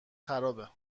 خرابه